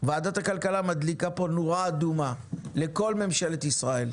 ועדת הכלכלה מבקשת להדליק נורה אדומה שתכוון אל כל אגפי ממשלת ישראל.